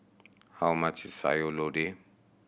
how much is Sayur Lodeh